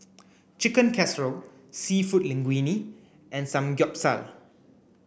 Chicken Casserole Seafood Linguine and Samgyeopsal